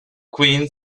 queen